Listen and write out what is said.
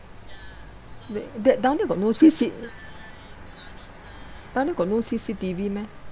t~ that down there got no c c~ down there got no C_C_T_V meh